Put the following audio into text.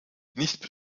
nicht